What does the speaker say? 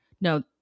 no